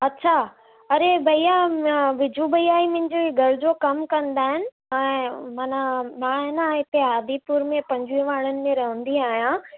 अच्छा अरे भैया विजू भैया ई मुंहिंजे घर जो कमु कंदा आहिनि ऐं माना मां आहे न हिते आदिपुर में पंजवीह वाड़नि में रहंदी आहियां